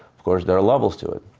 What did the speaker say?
of course, there are levels to it.